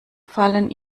fallen